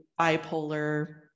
bipolar